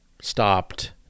stopped